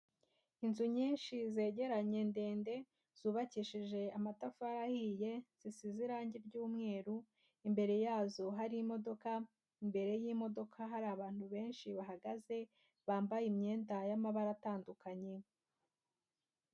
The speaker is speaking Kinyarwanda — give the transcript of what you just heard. Inzu nyinshi zegeranye ndende zubakishije amatafari ahiye, zisize irangi ry'umweru, imbere yazo hari imodoka, imbere y'imodoka hari abantu benshi bahagaze bambaye imyenda y'amabara atandukanye.